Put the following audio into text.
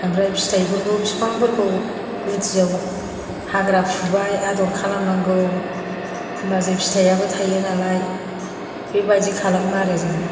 ओमफ्राय फिथाइफोरखौ फिफांफोरखौ गुदियाव हाग्रा फुबाय आदर खालामनांगौ होनबासो फिथाइयाबो थायो नालाय बेबादि खालामो आरो जोङो